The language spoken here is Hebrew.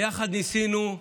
יחד ניסינו,